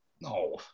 No